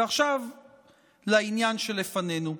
ועכשיו לעניין שלפנינו.